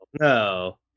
No